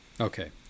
Okay